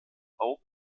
auch